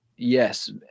Yes